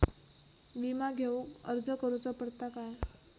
विमा घेउक अर्ज करुचो पडता काय?